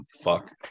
fuck